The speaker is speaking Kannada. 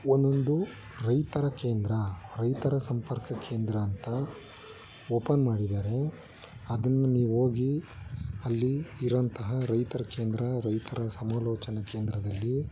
ಒಂದೊಂದು ರೈತರ ಕೇಂದ್ರ ರೈತರ ಸಂಪರ್ಕ ಕೇಂದ್ರ ಅಂತ ಓಪನ್ ಮಾಡಿದ್ದಾರೆ ಅದನ್ನು ನೀವು ಹೋಗಿ ಅಲ್ಲಿ ಇರೋಂತಹ ರೈತರ ಕೇಂದ್ರ ರೈತರ ಸಮಾಲೋಚನೆ ಕೇಂದ್ರದಲ್ಲಿ